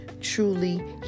truly